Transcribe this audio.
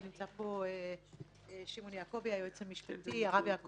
ונמצא פה היועץ המשפטי הרב שמעון יעקבי,